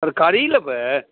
तरकारी लेबै